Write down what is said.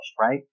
right